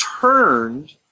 turned